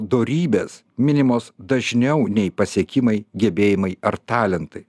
dorybės minimos dažniau nei pasiekimai gebėjimai ar talentai